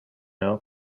know